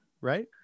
right